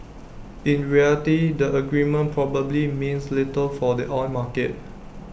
in reality the agreement probably means little for the oil market